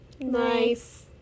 Nice